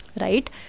right